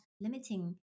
limiting